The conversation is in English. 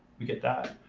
we get that.